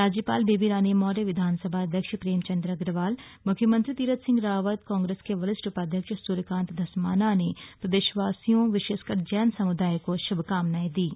राज्यपाल बेबी रानी मौर्य विधानसभा अध्यक्ष प्रेम चंद अग्रवाल मुख्यमंत्री तीरथ सिंह रावत काग्रेस के वरिष्ठ उपाध्यक्ष सूर्यकांत धस्माना ने प्रदेशवासियों विशेषकर जैन समुदाय को शुभकामनाएं दी है